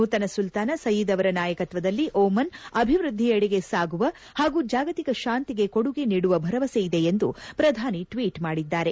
ನೂತನ ಸುಲ್ತಾನ ಸಯೀದ್ ಅವರ ನಾಯಕತ್ವದಲ್ಲಿ ಒಮನ್ ಅಭಿವೃದ್ಧಿಯೆಡೆಗೆ ಸಾಗುವ ಹಾಗೂ ಜಾಗತಿಕ ಶಾಂತಿಗೆ ಕೊಡುಗೆ ನೀಡುವ ಭರವಸೆಯಿದೆ ಎಂದು ಶ್ರಧಾನಿ ಟ್ವೀಟ್ ಮಾಡಿದ್ದಾರೆ